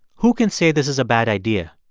who can say this is a bad idea?